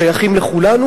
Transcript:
שייכים לכולנו,